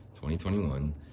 2021